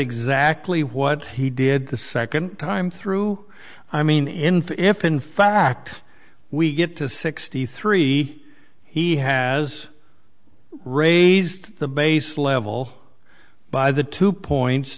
exactly what he did the second time through i mean in fact if in fact we get to sixty three he has raised the base level by the two points